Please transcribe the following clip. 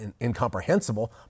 incomprehensible